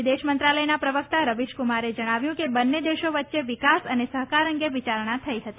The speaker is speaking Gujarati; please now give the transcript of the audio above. વિદેશ મંત્રાલયના પ્રવક્તા રવીશકુમારે જણાવ્યું કે બન્ને દેશો વ્યચે વિકાસ અને સહકાર અંગે વિયારણા થઇ હતી